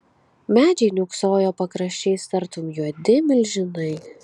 medžiai niūksojo pakraščiais tartum juodi milžinai